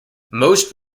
most